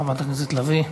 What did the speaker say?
חברת הכנסת לביא.